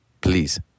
please